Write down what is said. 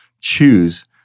choose